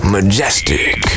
Majestic